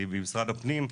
ממשרד הפנים,